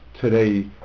today